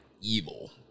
Evil